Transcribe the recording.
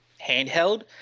handheld